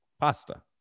pasta